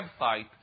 website